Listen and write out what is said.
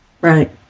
Right